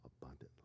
abundantly